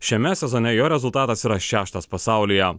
šiame sezone jo rezultatas yra šeštas pasaulyje